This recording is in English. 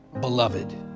beloved